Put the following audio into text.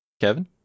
Kevin